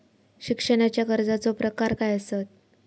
शिक्षणाच्या कर्जाचो प्रकार काय आसत?